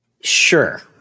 Sure